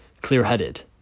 clear-headed